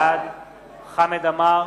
בעד חמד עמאר,